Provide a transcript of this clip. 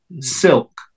silk